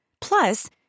Plus